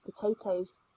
potatoes